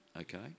okay